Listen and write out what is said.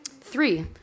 Three